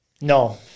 No